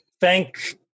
thank